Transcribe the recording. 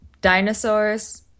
dinosaurs